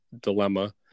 dilemma